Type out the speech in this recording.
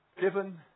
given